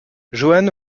johan